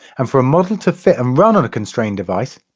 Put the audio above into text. and for a model to fit and run on a constrained device,